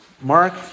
Mark